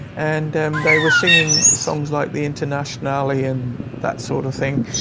and em, they were singing songs like the internationale and that sort of thing.